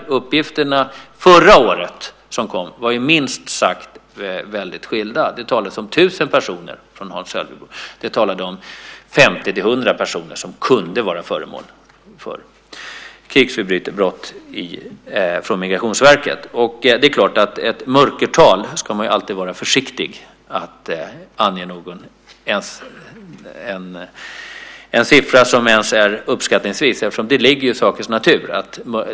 De uppgifter som kom förra året skilde sig åt väldigt mycket. Det talades om 1 000 personer från Hans Ölvebro; det talades från Migrationsverket om 50-100 personer som kunde ha begått krigsbrott. Man ska alltid vara försiktig med att ange ett mörkertal, ens en uppskattningsvis siffra. Det ligger i sakens natur.